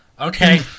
okay